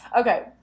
Okay